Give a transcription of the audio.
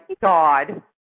God